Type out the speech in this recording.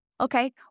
okay